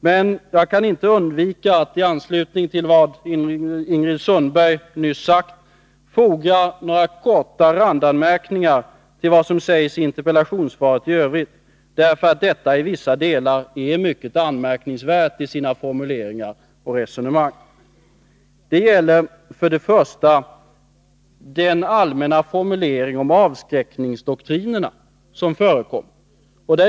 Men jag kan inte undvika att i anslutning till vad Ingrid Sundberg nyss sagt foga några korta randanmärkningar till vad som sägs i interpellationssvaret i övrigt, därför att svaret i vissa delar är mycket anmärkningsvärt i sina formuleringar och resonemang. Först och främst gäller det den allmänna formulering om avskräcknings 19 doktrinerna som förekom.